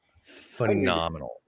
phenomenal